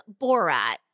Borat